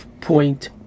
point